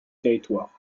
territoires